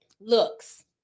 looks